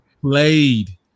played